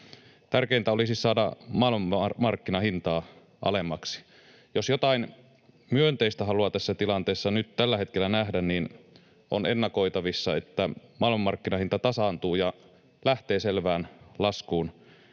Tärkeintä olisi saada maailmanmarkkinahintaa alemmaksi. Jos jotain myönteistä haluaa tässä tilanteessa nyt tällä hetkellä nähdä, niin on ennakoitavissa, että maailmanmarkkinahinta tasaantuu ja lähtee selvään laskuun